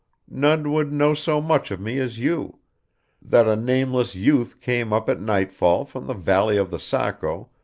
none would know so much of me as you that a nameless youth came up at nightfall from the valley of the saco,